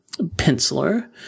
penciler